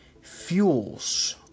fuels